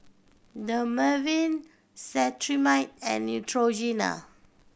Dermaveen Cetrimide and Neutrogena